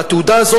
והתעודה הזו